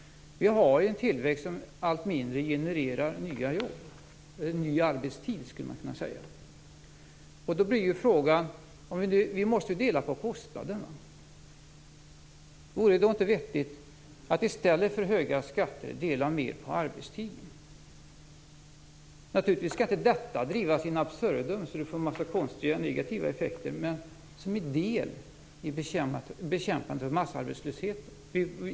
Vi har en tillväxt som allt mindre genererar nya jobb - eller ny arbetstid, skulle man kunna säga. Vi måste ju dela på kostnaderna, därför blir frågan: Vore det inte vettigt att i stället för höga skatter dela mer på arbetstiden? Naturligtvis skall inte detta drivas in absurdum, så att det får en massa konstiga negativa effekter, men som idé för bekämpandet av massarbetslösheten.